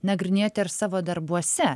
nagrinėjate ir savo darbuose